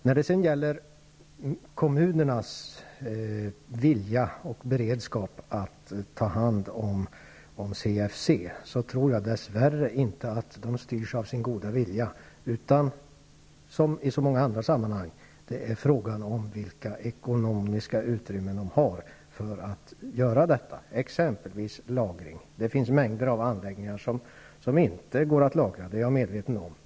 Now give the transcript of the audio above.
När det sedan gäller kommunernas vilja och beredskap att ta hand om CFC, tror jag dess värre inte att de styrs av sin goda vilja, utan det är som i så många andra sammanhang fråga om vilket ekonomiskt utrymme de har att göra detta genom exempelvis lagring. Det finns mängder av anläggningar som inte går att lagra. Det är jag medveten om.